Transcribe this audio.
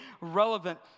relevant